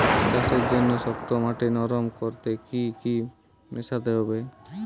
চাষের জন্য শক্ত মাটি নরম করতে কি কি মেশাতে হবে?